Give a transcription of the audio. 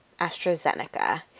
AstraZeneca